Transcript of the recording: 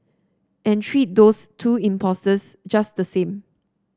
and treat those two impostors just the same